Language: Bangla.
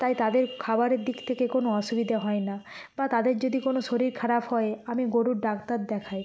তাই তাদের খাবারের দিক থেকে কোনো অসুবিধে হয় না বা তাদের যদি কোনো শরীর খারাপ হয় আমি গরুর ডাক্তার দেখাই